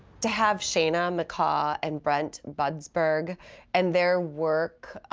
to have shana mccaw and brent budsberg and their work,